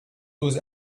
with